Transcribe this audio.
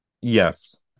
Yes